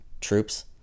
troops